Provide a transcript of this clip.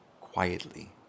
quietly